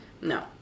No